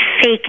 fake